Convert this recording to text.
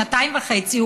שנתיים וחצי,